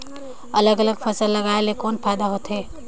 अलग अलग फसल लगाय ले कौन फायदा होथे?